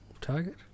target